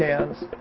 cans.